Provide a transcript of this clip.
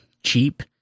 cheap